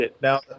Now